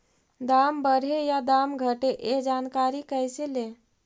दाम बढ़े या दाम घटे ए जानकारी कैसे ले?